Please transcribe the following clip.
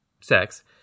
sex